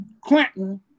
Clinton